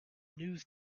news